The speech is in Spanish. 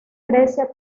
grecia